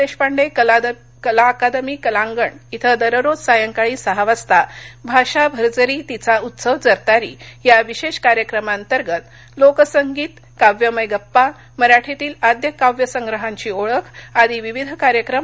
Deshpande Kala academy Kalangan इथं दररोज सायंकाळी सहा वाजता भाषा भरजरी तिचा उत्सव जरतारी या विशेष कार्यक्रमांतर्गत लोकसंगीत काव्यमय गप्पा मराठीतील आद्य काव्यसंग्रहाची ओळख आदी विविध कार्यक्रम होणार आहेत